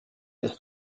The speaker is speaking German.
ist